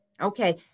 Okay